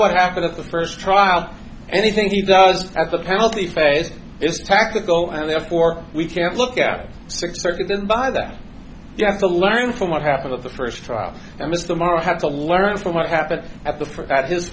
what happened at the first trial anything he does at the penalty phase is tactical and therefore we can't look at six thirty then by that you have to learn from what happened at the first trial i missed the mark had to learn from what happened at the for at this